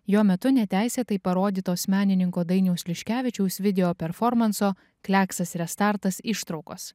jo metu neteisėtai parodytos menininko dainiaus liškevičiaus video performanso kliaksas restartas ištraukos